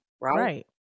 Right